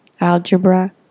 algebra